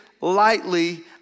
lightly